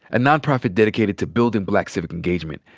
and non-profit dedicated to buildin' black civic engagement,